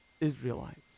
Israelites